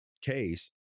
case